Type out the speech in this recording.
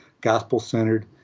Gospel-Centered